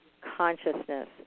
consciousness